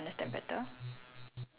maybe you can like